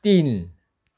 तिन